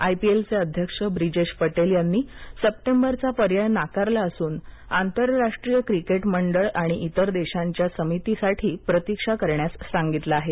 आयपीएलचे अध्यक्ष ब्रीजेश पटेल यांनी सप्टेंबरचा पर्याय नाकारला नसून आंतरराष्ट्रीय क्रिकेट मंडळ आणि इतर देशांच्या समितीसाठी प्रतीक्षा करण्याचे सांगितले आहे